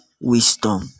wisdom